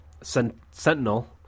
Sentinel